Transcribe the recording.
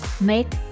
Make